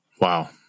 wow